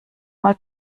mal